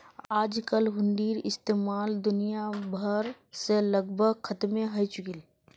आजकल हुंडीर इस्तेमाल दुनिया भर से लगभग खत्मे हय चुकील छ